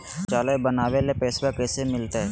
शौचालय बनावे ले पैसबा कैसे मिलते?